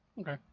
Okay